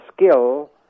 skill